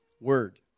word